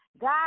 God